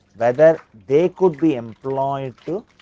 whether they could be employ to